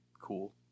cool